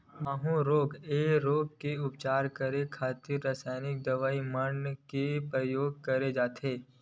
माहूँ रोग ऐ रोग के उपचार करे खातिर रसाइनिक दवा मन के परियोग करे जाथे